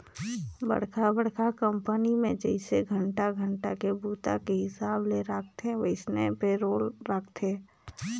बड़खा बड़खा कंपनी मे जइसे घंटा घंटा के बूता के हिसाब ले राखथे वइसने पे रोल राखथे